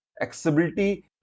accessibility